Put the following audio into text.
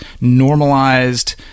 normalized